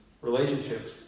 relationships